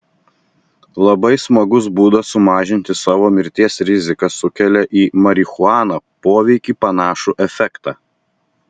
labai smagus būdas sumažinti savo mirties riziką sukelia į marihuaną poveikį panašų efektą